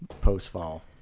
post-fall